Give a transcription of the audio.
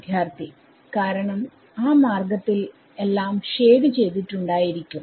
വിദ്യാർത്ഥി കാരണം ആ മാർഗത്തിൽ എല്ലാം ഷേഡ് ചെയ്തിട്ടുണ്ടായിരിക്കും